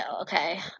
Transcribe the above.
okay